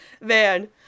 Man